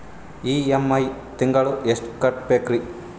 EMI ತಿಂಗಳ ಎಷ್ಟು ಕಟ್ಬಕ್ರೀ?